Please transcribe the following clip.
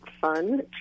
fun